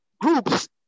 groups